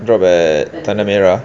drop at tanah merah